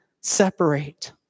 separate